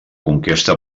conquesta